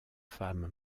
femme